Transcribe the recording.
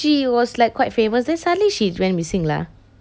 she was like quite famous then suddenly she went missing lah